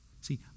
See